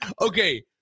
Okay